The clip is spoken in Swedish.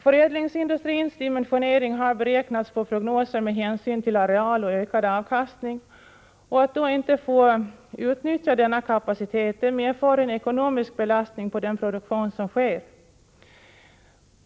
Förädlingsindustrins dimensionering har beräknats på prognoser med hänsyn till areal och ökad avkastning, och att inte få utnyttja denna kapacitet medför en ekonomisk belastning på den produktion som sker.